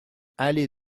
allée